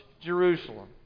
Jerusalem